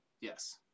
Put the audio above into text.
Yes